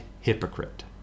hypocrite